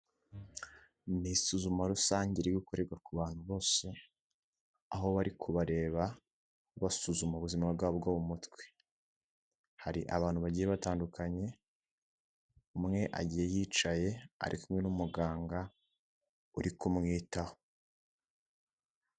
Ni isuzuma rusange riri gukorerwa ku bantu bose, aho bari kubareba, basuzuma ubuzima bwabo bwo mu mutwe. Hari abantu bagiye batandukanye, umwe agiye yicaye, ari kumwe n'umuganga uri kumwitaho.